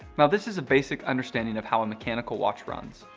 now this is a basic understanding of how a mechanical watch runs,